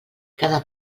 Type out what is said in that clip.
cada